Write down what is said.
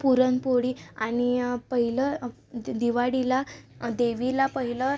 पुरणपोळी आणि पहिलं दि दिवाळीला देवीला पहिलं